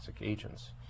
agents